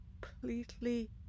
completely